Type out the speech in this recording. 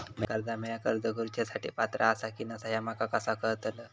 म्या कर्जा मेळाक अर्ज करुच्या साठी पात्र आसा की नसा ह्या माका कसा कळतल?